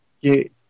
que